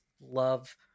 love